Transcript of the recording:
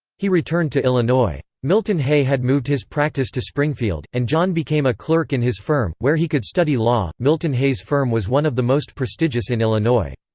he returned to illinois. milton hay had moved his practice to springfield, and john became a clerk in his firm, where he could study law milton hay's firm was one of the most prestigious in illinois.